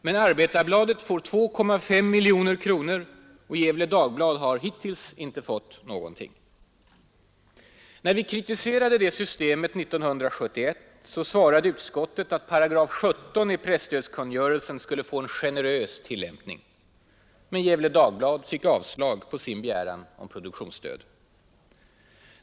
Men Arbetarbladet får 2,5 miljoner kronor och Gefle Dagblad har hittills inte fått någonting. När vi kritiserade det systemet 1971 svarade utskottet att paragraf 17 i presstödskungörelsen skulle få en ”generös” tillämpning. Men Gefle Dagblad fick avslag på sin begäran om produktionsstöd.